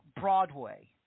Broadway